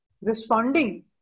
responding